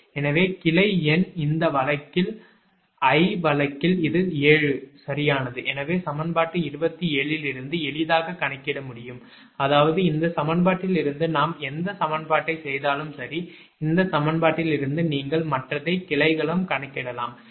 எனவே கிளை எண் இந்த வழக்கில் I வழக்கில் இது 7 சரியானது எனவே சமன்பாடு 27 இலிருந்து எளிதாகக் கணக்கிட முடியும் அதாவது இந்த சமன்பாட்டிலிருந்து நாம் எந்த சமன்பாட்டைச் செய்தாலும் சரி இந்த சமன்பாட்டிலிருந்து நீங்கள் மற்றதை கிளைகளும் கணக்கிடலாம் சரி